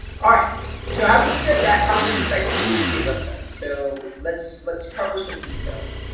all right, so having said that how does it affect your real estate website? so let's let's cover some details.